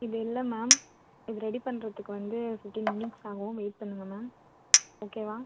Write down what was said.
இது இல்லை மேம் இது ரெடி பண்ணுறதுக்கு வந்து ஃபிஃப்ட்டீன் மினிட்ஸ் ஆகும் வெயிட் பண்ணுங்கள் மேம் ஓகேவா